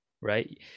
right